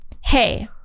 Hey